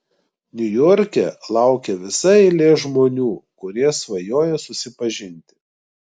niujorke laukia visa eilė žmonių kurie svajoja susipažinti